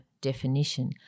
definition